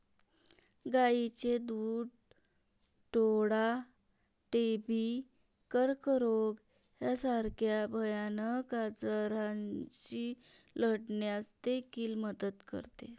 गायीचे दूध डोळा, टीबी, कर्करोग यासारख्या भयानक आजारांशी लढण्यास देखील मदत करते